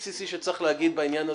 שצריך להגיד בעניין הזה.